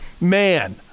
Man